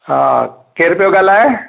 हा केरु पियो ॻाल्हाए